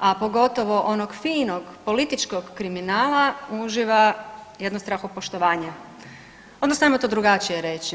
a pogotovo onog finog političkog kriminala uživa jedno strahopoštovanje, odnosno hajmo to drugačije reći.